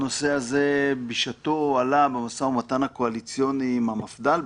הנושא הזה בשעתו עלה במשא-ומתן הקואליציוני עם המפד"ל,